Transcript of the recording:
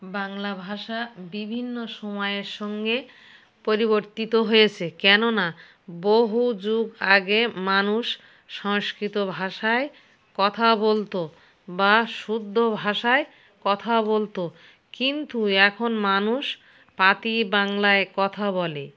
বাংলা ভাষা বিভিন্ন সময়ের সঙ্গে পরিবর্তিত হয়েছে কেননা বহু যুগ আগে মানুষ সংস্কৃত ভাষায় কথা বলতো বা শুদ্ধ ভাষায় কথা বলতো কিন্তু এখন মানুষ পাতি বাংলায় কথা বলে